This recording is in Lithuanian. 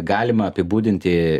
galima apibūdinti